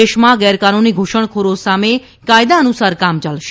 દેશમાં ગેરકાનૂની ધુસણખોરો સામે કાયદા અનુસાર કામ યાલશે